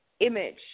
image